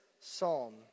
psalm